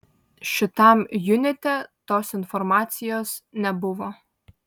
šitam junite tos informacijos nebuvo